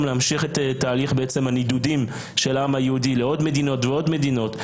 להמשיך את תהליך הנדודים של העם היהודי לעוד מדינות ועוד מדינות.